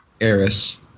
Eris